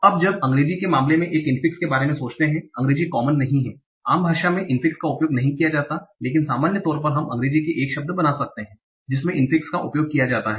अब जब आप अंग्रेजी के मामले में एक infix के बारे में सोचते हैं अंग्रेजी कॉमन नहीं है आम भाषा में infix का उपयोग नहीं किया जाता है लेकिन सामान्य तौर पर हम अंग्रेजी में एक शब्द बना सकते हैं जिसमें इन्फिक्स का उपयोग किया जाता है